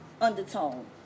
undertone